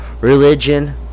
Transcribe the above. religion